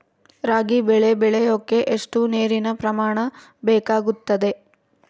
ರಾಗಿ ಬೆಳೆ ಬೆಳೆಯೋಕೆ ಎಷ್ಟು ನೇರಿನ ಪ್ರಮಾಣ ಬೇಕಾಗುತ್ತದೆ?